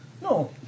No